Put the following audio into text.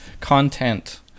Content